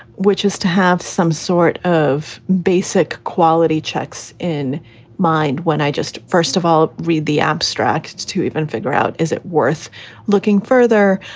which is to have some sort of basic quality checks in mind when i just first of all, read the abstracts to even figure out is it worth looking further?